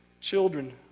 children